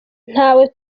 ntawe